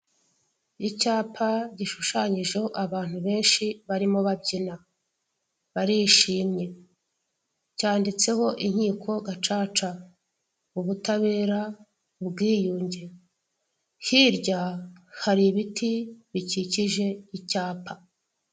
Icyapa gishushanyije abantu benshi barimo babyina barishimye, cyanditseho inkiko gacaca, ubutabera, ubwiyunge hirya hari ibiti bikikije icyapa.